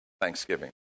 Thanksgiving